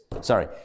Sorry